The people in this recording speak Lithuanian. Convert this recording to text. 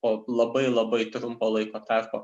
po labai labai trumpo laiko tarpo